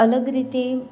અલગ રીતે